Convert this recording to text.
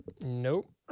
Nope